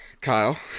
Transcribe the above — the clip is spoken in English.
Kyle